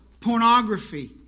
pornography